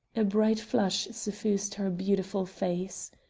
a bright flush suffused her beautiful face.